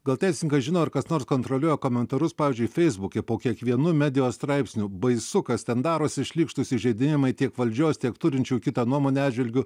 gal teisininkas žino ar kas nors kontroliuoja komentarus pavyzdžiui feisbuke po kiekvienu medijos straipsniu baisu kas ten darosi šlykštūs įžeidinėjimai tiek valdžios tiek turinčių kitą nuomonę atžvilgiu